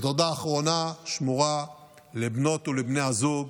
תודה אחרונה שמורה לבנות ולבני הזוג,